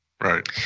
Right